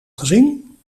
gezien